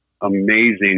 amazing